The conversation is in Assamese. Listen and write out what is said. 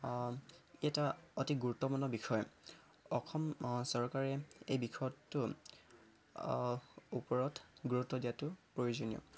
ই এটা অতি গুৰুত্বপূৰ্ণ বিষয় অসম চৰকাৰে এই বিষয়টো ওপৰত গুৰুত্ব দিয়াটো প্ৰয়োজনীয়